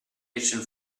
kitchen